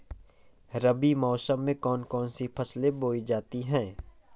रबी मौसम में कौन कौन सी फसलें बोई जाती हैं?